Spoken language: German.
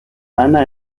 einer